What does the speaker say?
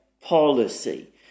policy